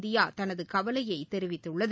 India தனது கவலையை தெரிவித்துள்ளது